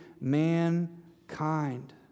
mankind